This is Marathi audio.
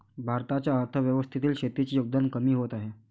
भारताच्या अर्थव्यवस्थेतील शेतीचे योगदान कमी होत आहे